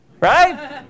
right